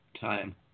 time